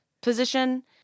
position